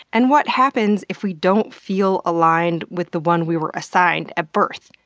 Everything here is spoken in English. and what happens if we don't feel aligned with the one we were assigned at birth?